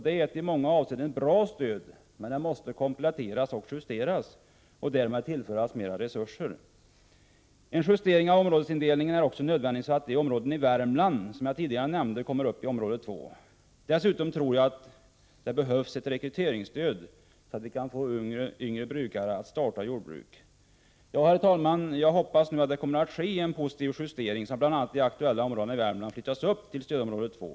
Det är ett i många avseenden bra stöd, men det måste kompletteras och justeras — och därmed tillföras mer resurser. En justering av områdesindelningen är också nödvändig, så att de områden i Värmland som jag tidigare nämnde förs till stödområde 2. Dessutom tror jag att det Prot. 1988/89:50 behövs ett rekryteringsstöd, så att vi kan få yngre jordbrukare att starta 13 januari 1989 Herr talman! Jag hoppas nu att det kommer att ske en positiv justering, så. till tav bestrålad. att bl.a. de aktuella områdena i Värmland hänförs till stödområde 2.